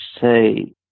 say